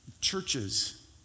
Churches